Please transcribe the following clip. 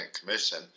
commission